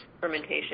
fermentation